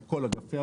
על כל היבטיה.